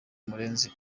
murenzi